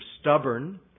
stubborn